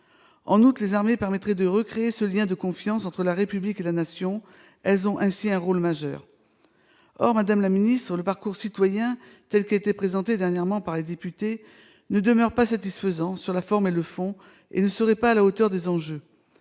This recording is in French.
En outre, les armées permettraient de recréer ce lien de confiance entre la République et la Nation. Elles ont ainsi un rôle majeur. Or, madame la secrétaire d'État, le parcours citoyen, tel qu'il a été dernièrement présenté par les députés, ne demeure pas satisfaisant sur la forme, et le fond et ne serait pas à la hauteur des enjeux.